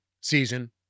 Season